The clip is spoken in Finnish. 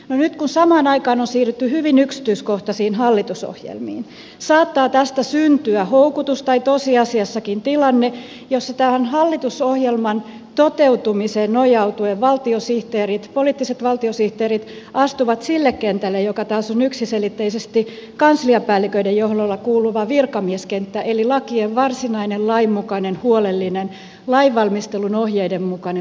no nyt kun samaan aikaan on siirrytty hyvin yksityiskohtaisiin hallitusohjelmiin saattaa tästä syntyä houkutus tai tosiasiassakin tilanne jossa tähän hallitusohjelman toteutumiseen nojautuen poliittiset valtiosihteerit astuvat sille kentälle joka taas on yksiselitteisesti kansliapäälliköiden johtoon kuuluva virkamieskenttä eli lakien varsinainen lainmukainen huolellinen lainvalmistelun ohjeiden mukainen valmistelu